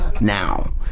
now